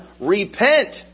Repent